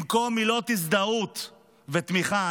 במקום מילות הזדהות ותמיכה,